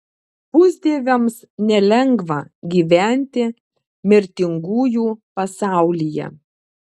pusdieviams nelengva gyventi mirtingųjų pasaulyje